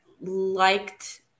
liked